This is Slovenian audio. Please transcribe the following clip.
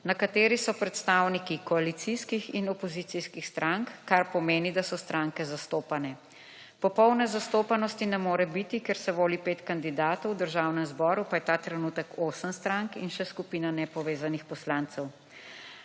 na kateri so predstavniki koalicijskih in opozicijskih strank, kar pomeni, da so stranke zastopane. Popolne zastopanosti ne more biti, ker se voli 5 kandidatov, v Državnem zboru pa je ta trenutek 8 strank in še skupina Nepovezanih poslancev.